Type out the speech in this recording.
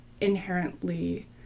inherently